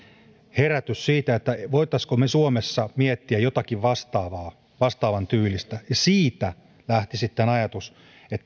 herätys siihen voisimmeko me suomessa miettiä jotakin vastaavan tyylistä ja siitä lähti sitten ajatus